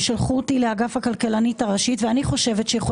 הם שלחו אותי לאגף הכלכלנית הראשית ואני חושבת שהם